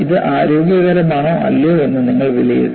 ഇത് ആരോഗ്യകരമാണോ അല്ലയോ എന്ന് നിങ്ങൾ വിലയിരുത്തണം